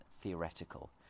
theoretical